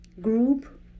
group